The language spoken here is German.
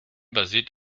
basiert